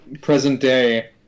present-day